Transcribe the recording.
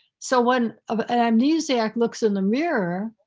so when and amnesiac looks in the mirror,